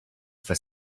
for